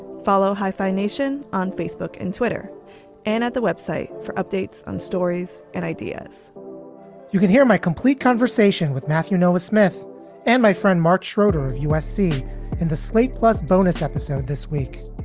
follow hyphenation on facebook and twitter and at the web site for updates on stories and ideas you can hear my complete conversation with matthew noah smith and my friend mark schroeder, usc in the slate plus bonus episode this week